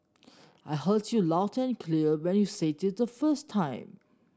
I heard you loud and clear when you said it the first time